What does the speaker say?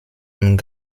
und